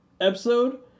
episode